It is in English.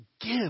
give